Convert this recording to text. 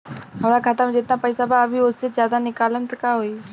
हमरा खाता मे जेतना पईसा बा अभीओसे ज्यादा निकालेम त का होई?